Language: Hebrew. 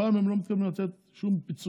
הפעם הם לא מתכוונים לתת שום פיצוי,